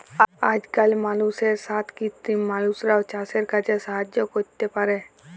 আজকাল মালুষের সাথ কৃত্রিম মালুষরাও চাসের কাজে সাহায্য ক্যরতে পারে